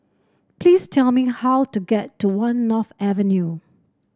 please tell me how to get to One North Avenue